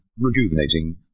rejuvenating